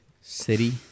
city